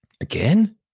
Again